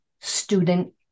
student